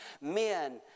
men